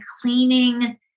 cleaning